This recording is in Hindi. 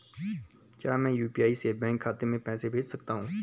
क्या मैं यु.पी.आई से बैंक खाते में पैसे भेज सकता हूँ?